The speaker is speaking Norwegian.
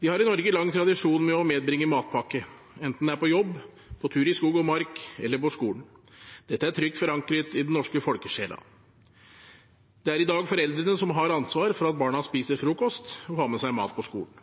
Vi har i Norge lang tradisjon med å medbringe matpakke, enten det er på jobb, på tur i skog og mark eller på skolen. Dette er trygt forankret i den norske folkesjelen. Det er i dag foreldrene som har ansvar for at barna spiser frokost og har med seg mat på skolen.